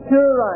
Sure